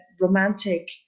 romantic